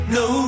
no